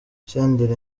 senderi